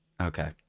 okay